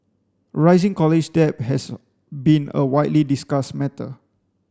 rising college debt has been a widely discussed matter